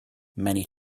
many